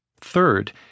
Third